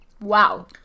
Wow